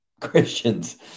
Christians